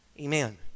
Amen